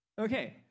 Okay